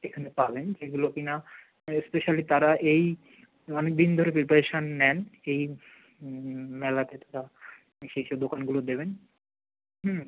এখানে পাবেন যেগুলো কিনা স্পেশালি তারা এই অনেক দিন ধরে প্রিপারেশান নেন এই মেলাতে তারা সেই সেই দোকানগুলো দেবেন